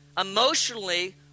emotionally